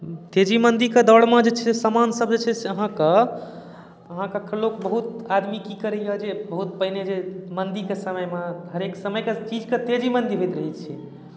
तेजी मन्दीके दौड़मे जे छै से सामानसभ जे छै से अहाँकेँ अहाँकेँ एखन लोक बहुत आदमी की करैए जे बहुत पहिने जे मन्दीके समयमे हरेक समयमे चीजके तेजी मन्दी होइत रहैत छै